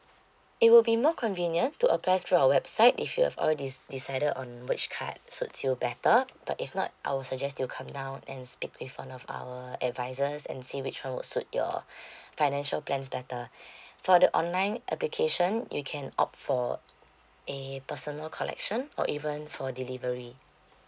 it will be more convenient to apply through our website if you have all de~ decided on which card suits you better but if not I will suggest you come down and speak with one of our advisers and see which one will suit your financial plans better for the online application you can opt for a personal collection or even for delivery